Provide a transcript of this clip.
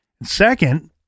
Second